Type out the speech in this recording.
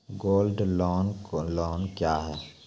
Gold loan loan क्या हैं?